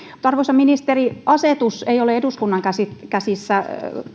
arvoisa ministeri asetus ei ole eduskunnan käsissä